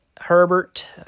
Herbert